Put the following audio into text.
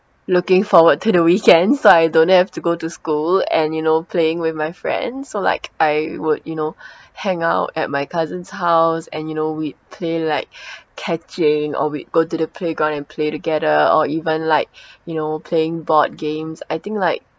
looking forward to the weekends so I don't have to go to school and you know playing with my friends so like I would you know hang out at my cousin's house and you know we'd play like catching or we'd go to the playground and play together or even like you know playing board games I think like